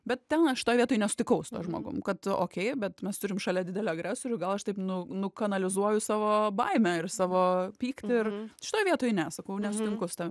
bet ten aš šitoj vietoj nesutikau su tuo žmogum kad okei bet mes turim šalia didelį agresorių gal aš taip nu nu analizuoju savo baimę ir savo pyktį ir šitoj vietoj ne sakau nesutinku su tavim